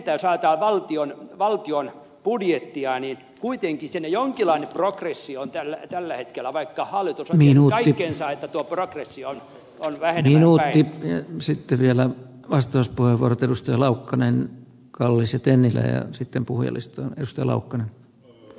jos ajatellaan valtion budjettia kuitenkin siinä jonkinlainen progressio on tällä hetkellä vaikka hallitus on tehnyt kaikkensa että tuo progressio on selvä edelleen ja sitten vielä vastauspuheenvuorot ennustella ukkonen kallis ettei mitään sitten puhellista vähenemään päin